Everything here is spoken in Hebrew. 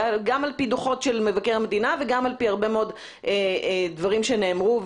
גם על פי דוחות של מבקר המדינה וגם על פי הרבה מאוד דברים שנאמרו,